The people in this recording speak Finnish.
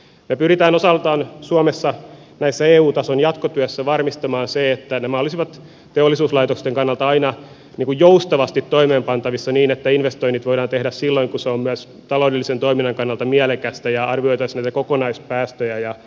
me pyrimme osaltamme suomessa tässä eu tason jatkotyössä varmistamaan sen että nämä olisivat teollisuuslaitosten kannalta aina joustavasti toimeenpantavissa niin että investoinnit voidaan tehdä silloin kun se on myös taloudellisen toiminnan kannalta mielekästä ja arvioitaisiin kokonaispäästöjä